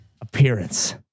appearance